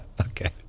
Okay